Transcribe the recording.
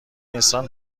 انسان